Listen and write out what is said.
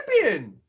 champion